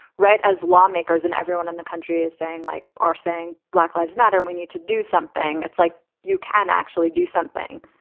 right. as lawmakers and everyone in the country is saying, like are saying black lives matter, and we need to do something. it's like you can actually do something.